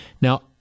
Now